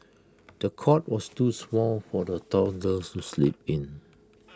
the cot was too small for the toddler to sleep in